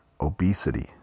obesity